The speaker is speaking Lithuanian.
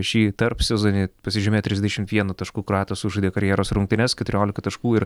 šį tarpsezonį pasižymėjo trisdešimt vienu tašku kroatas sužaidė karjeros rungtynes keturiolika taškų ir